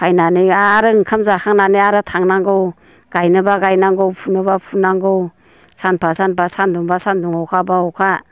फैनानै आरो ओंखाम जाखांनानै आरो थांनांगौ गायनोबा गायनांगौ फुनोबा फुनांगौ सानफा सानफा सानदुंबा सानदु अखा बा अखा